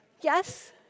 Yes